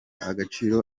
agaciro